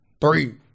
three